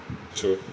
true